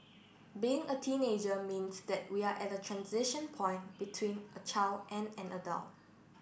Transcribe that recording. being a teenager means that we're at a transition point between a child and an adult